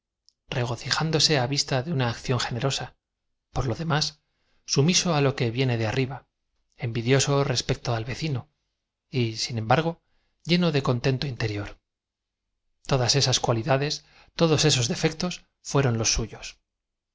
regocijándose á t i ta de una acción generosa por lo demás sumiso á lo que viene de a rri ba eavidioao respecto a l vecino y sin embargo lleno de contento interior todas esas cualidades todos esos defectos fueron loa suyos